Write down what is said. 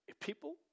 People